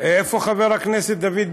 איפה חבר הכנסת דוד ביטן?